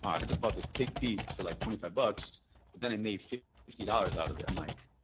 i just bought this pig piece for like twenty five bucks. but then i made fifty dollars out of it. i'm like,